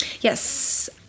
Yes